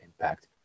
impact